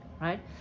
right